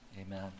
Amen